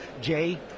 jay